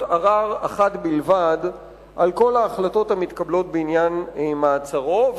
ערר אחת בלבד על כל ההחלטות המתקבלות בעניין מעצרו,